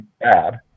bad